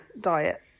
diet